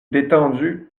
détendu